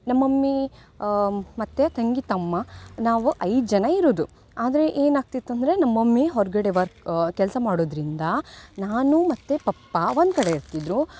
ನಮ್ಮ ಮಮ್ಮೀ ಮತ್ತು ತಂಗಿ ತಮ್ಮ ನಾವು ಐದು ಜನ ಇರುದು ಆದರೆ ಏನಾಗ್ತಿತ್ತು ಅಂದರೆ ನಮ್ಮ ಮಮ್ಮಿ ಹೊರಗಡೆ ವರ್ಕ್ ಕೆಲಸ ಮಾಡುದರಿಂದ ನಾನು ಮತ್ತು ಪಪ್ಪ ಒಂದು ಕಡೆ ಇರ್ತಿದ್ದರು